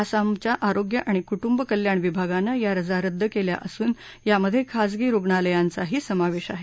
आसामच्या आरोग्य आणि कुटुंब कल्याण विभागानं या रजा रद्द केल्या असून यामधे खाजगी रुग्णालयांचाही समावेश आहे